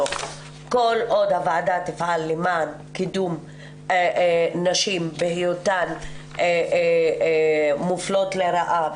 כל עוד הוועדה תפעל למען קידום נשים בהיותן מופלות לרעה,